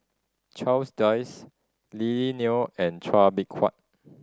Charles Dyce Lily Neo and Chua Beng Huat